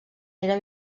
era